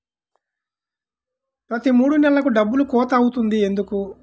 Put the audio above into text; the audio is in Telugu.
ప్రతి మూడు నెలలకు డబ్బులు కోత అవుతుంది ఎందుకు?